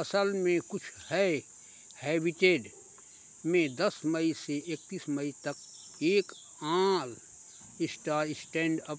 असल में कुछ है हैबिटेट में दस मई से एकतीस मई तक एक ऑल स्टार स्टैण्डअप